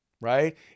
Right